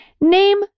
name